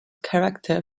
character